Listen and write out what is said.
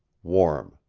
warm,